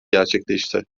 gerçekleşti